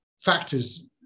factors